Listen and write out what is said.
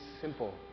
simple